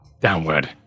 downward